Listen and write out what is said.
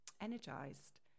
energized